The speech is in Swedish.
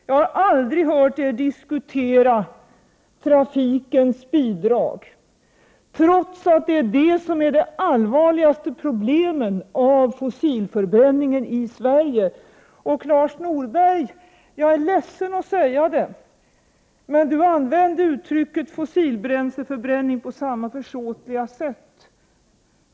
Jag har aldrig hört er diskutera trafikens bidrag, trots att det är det allvarligaste problemet i fråga om fossilförbränningen i Jag är ledsen att säga att Lars Norberg använde uttrycket fossilbränsleförbränning på samma försåtliga sätt.